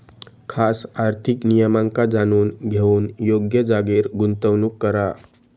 खास आर्थिक नियमांका जाणून घेऊन योग्य जागेर गुंतवणूक करा